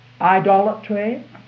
Idolatry